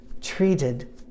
treated